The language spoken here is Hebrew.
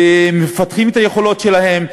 מפתחים את היכולות שלהם,